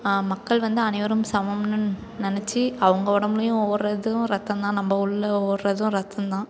மக்கள் வந்து அனைவரும் சமம்னு நெனச்சு அவுங்க உடம்புலையும் ஓடுறதும் ரத்தம்தான் நம் உள்ளே ஓடுறதும் ரத்தம்தான்